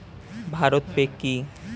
ভারত পে কি?